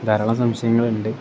ധാരളം സംശയങ്ങളുണ്ട്